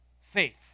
faith